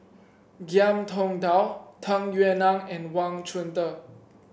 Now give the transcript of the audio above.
Ngiam Tong Dow Tung Yue Nang and Wang Chunde